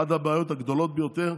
אחת הבעיות הגדולות ביותר,